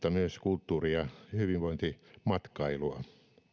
myös kulttuuri ja hyvinvointimatkailua